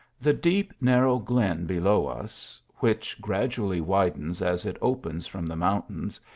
the deep narrow glen below us, which gradually widens as it opens from the mountains,